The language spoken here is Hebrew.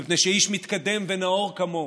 מפני שאיש מתקדם ונאור כמוהו,